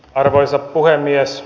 arvoisa puhemies